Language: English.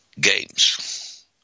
games